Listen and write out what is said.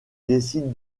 décide